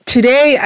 Today